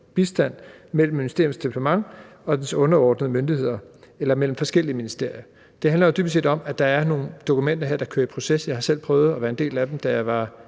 og bistand mellem ministeriets departement og dets underordnede myndigheder eller mellem forskellige ministerier. Det handler jo dybest set om, at der er nogle dokumenter, der kører i proces. Jeg har selv prøvet at være en del af det, da jeg var